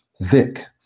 Vic